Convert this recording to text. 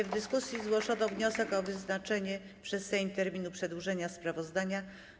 W dyskusji zgłoszono wniosek o wyznaczenie przez Sejm terminu przedłożenia sprawozdania.